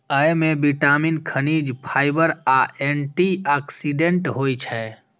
अय मे विटामिन, खनिज, फाइबर आ एंटी ऑक्सीडेंट होइ छै